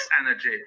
energy